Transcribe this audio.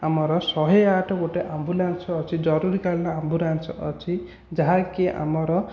ଆମର ଶହେ ଆଠ ଗୋଟିଏ ଆମ୍ବୁଲାନ୍ସ ଅଛି ଜରୁରୀକାଳୀନ ଆମ୍ବୁଲାନ୍ସ ଅଛି ଯାହାକି ଆମର